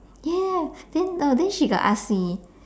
yes then no then she got ask me